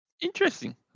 Interesting